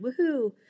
woohoo